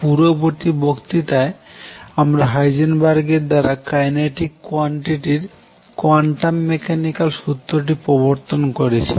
পূর্ববর্তী বক্তৃতায় আমরা হাইজেনবার্গের দ্বারা কাইনেটিক কোয়ান্টিটির কোয়ান্টাম মেকানিকাল সূত্রটি প্রবর্তন করেছি